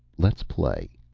let's play.